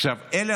אלה